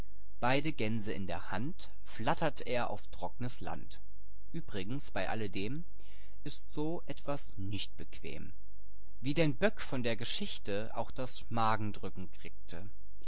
beide gänse in der hand flattert er auf trocknes land übrigens bei alle dem ist so etwas nicht bequem illustration und mit magendrücken wie denn böck von der geschichte auch das magendrücken kriegte